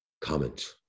comment